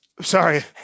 sorry